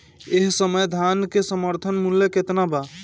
एह समय धान क समर्थन मूल्य केतना बा?